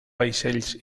vaixells